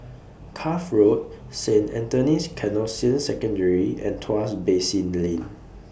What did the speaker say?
Cuff Road Saint Anthony's Canossian Secondary and Tuas Basin Lane